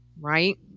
right